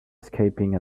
escaping